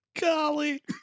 Golly